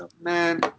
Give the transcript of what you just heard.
Man